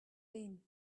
been